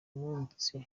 munsi